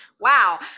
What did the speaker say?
Wow